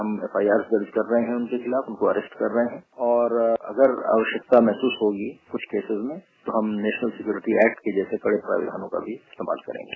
हम एफआईआर दर्ज कर रहे है उनके खिलाफ उनको अरेस्ट कर रहे हैं और अगर आवश्यक महसूस होगी कुछ केसेस में तो हम नेशपल सिक्योरिटी एक्ट के जैसे कड़े प्रावधानों का मी इस्तेमाल करेंगे